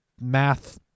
Math